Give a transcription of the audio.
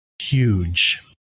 huge